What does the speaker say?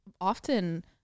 often